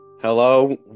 Hello